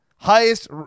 Highest